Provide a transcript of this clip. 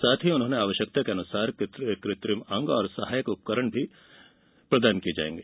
साथ ही उन्हें आवश्यकता के अनुसार कृत्रिम अंग और सहायक उपकरण भी दिये जायेंगे